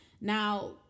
Now